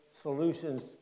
solutions